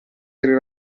tre